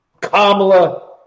Kamala